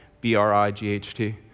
B-R-I-G-H-T